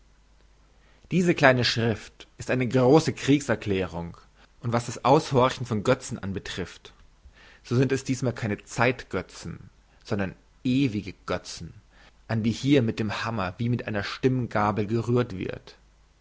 diese kleine schrift ist eine grosse kriegserklärung und was das aushorchen von götzen anbetrifft so sind es dies mal keine zeitgötzen sondern ewige götzen an die hier mit dem hammer wie mit einer stimmgabel gerührt wird